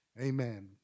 Amen